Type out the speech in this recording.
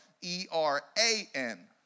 e-r-a-n